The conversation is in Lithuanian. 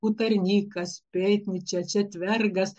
utarnikas pėpnyčia četvergas